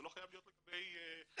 זה לא חייב להיות לגבי אישה,